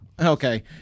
Okay